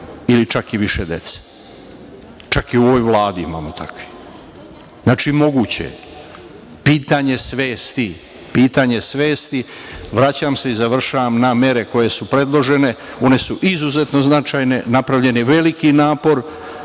ili čak i više dece. Čak i u ovoj Vladi imamo takvih. Znači, moguće je. Pitanje svesti. Vraćam se i završavam na mere koje su predložene. One su izuzetno značajne, napravljen je veliki napor